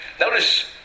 Notice